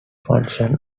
function